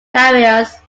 barriers